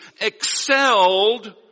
excelled